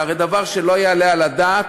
זה הרי דבר שלא יעלה על הדעת.